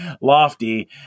lofty